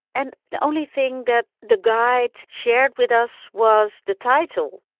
and the only thing that the guide shared with us was the title,